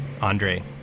Andre